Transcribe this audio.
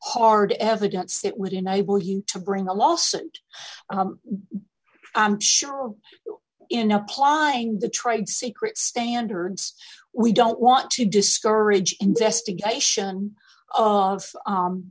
hard evidence that would enable you to bring a lawsuit i'm sure in applying the trade secret standards we don't want to discourage investigation of